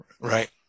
Right